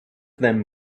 them